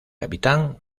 capitán